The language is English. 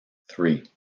three